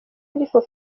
ariko